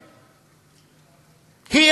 היא,